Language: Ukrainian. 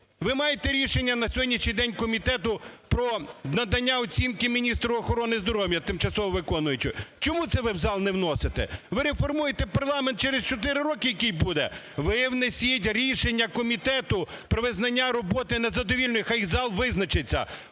Ви маєте рішення на сьогоднішній день комітету про надання оцінки міністра охорони здоров'я тимчасово виконуючого, чому це ви в зал не вносите? Ви реформуєте парламент через 4 роки, який буде? Ви внесіть рішення комітету про визначення роботи незадовільною, хай зал визначиться.